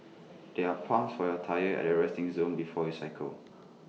there are pumps for your tyres at the resting zone before you cycle